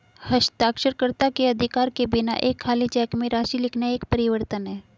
हस्ताक्षरकर्ता के अधिकार के बिना एक खाली चेक में राशि लिखना एक परिवर्तन है